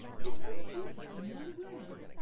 he turned short upon me unawares,